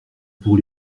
pour